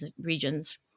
regions